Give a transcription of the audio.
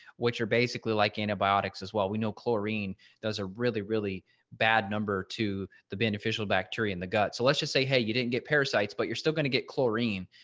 which are basically like antibiotics as well. we know chlorine does a really, really bad number to the beneficial bacteria in the gut. so let's just say hey, you didn't get parasites, but you're still going to get chlorine.